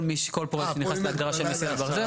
כל פרויקט שנכנס להגדרה של מסילת ברזל --- אה,